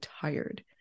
tired